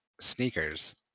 sneakers